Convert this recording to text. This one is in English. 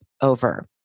over